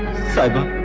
sahiba.